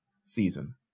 season